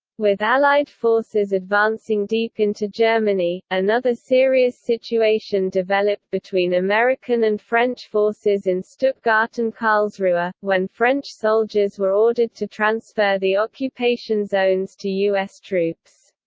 with allied forces advancing deep into germany, another serious situation developed between american and french forces in stuttgart and karlsruhe, ah when french soldiers were ordered to transfer the occupation zones to us troops.